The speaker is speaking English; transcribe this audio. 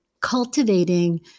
cultivating